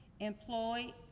employed